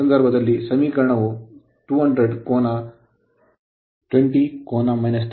ಈ ಸಂದರ್ಭದಲ್ಲಿ ಸಮೀಕರಣವು 20 ಕೋನ 36